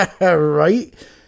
Right